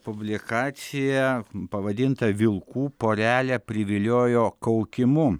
publikacija pavadinta vilkų porelę priviliojo kaukimu